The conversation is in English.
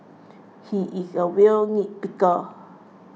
he is a real nitpicker